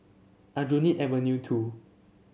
Aljunied Avenue Two